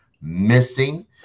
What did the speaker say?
Missing